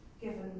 given